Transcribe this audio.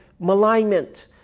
malignment